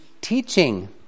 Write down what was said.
teaching